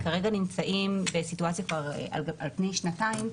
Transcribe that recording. והם כרגע נמצאים בסיטואציה שנמשכת כבר על פני שנתיים,